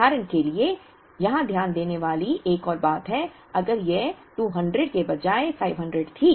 उदाहरण के लिए यहां ध्यान देने वाली एक और बात है अगर यह 200 के बजाय 500 थी